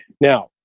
Now